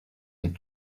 need